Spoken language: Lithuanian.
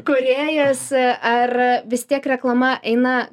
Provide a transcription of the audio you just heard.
kūrėjas ar vis tiek reklama eina